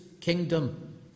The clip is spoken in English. kingdom